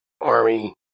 army